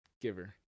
giver